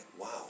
wow